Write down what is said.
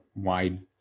wide